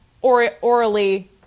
orally